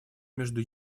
между